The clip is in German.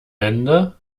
ende